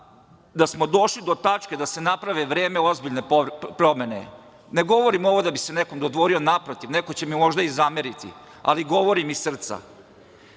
da smo došli do tačke da se naprave ozbiljne promene. Ne govorim ovo da bi se nekom dodvorio, naprotiv, neko će mi možda i zameriti, ali govorim iz srca.